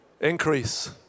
Increase